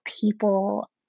people